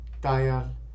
dial